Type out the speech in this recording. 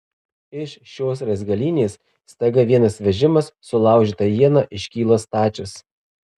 iš šios raizgalynės staiga vienas vežimas sulaužyta iena iškyla stačias